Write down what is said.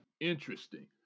Interesting